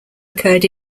occurred